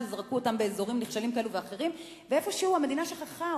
שזרקו אותן באזורים נחשלים כאלה ואחרים ואיפה שהוא המדינה שכחה,